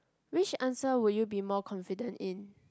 which answer would you be more confident in